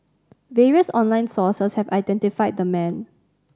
various online sources have identified the man